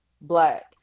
black